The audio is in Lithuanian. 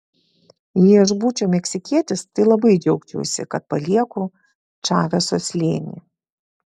jei aš būčiau meksikietis tai labai džiaugčiausi kad palieku čaveso slėnį